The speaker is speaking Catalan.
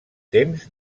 temps